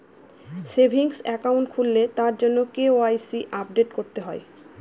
savings account খুললে তার জন্য কে.ওয়াই.সি আপডেট করতে হয়